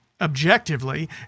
objectively